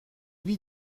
lui